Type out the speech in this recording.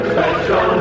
Special